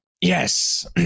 Yes